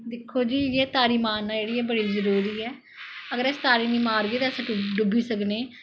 दिक्खो जी तारी मारना जेह्की एह् बड़ी जरूरी ऐ अगर अस तारी निं मारगे ते अस डुब्बी सकने